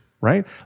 right